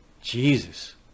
Jesus